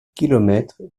kilomètres